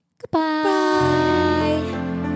goodbye